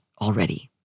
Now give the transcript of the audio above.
already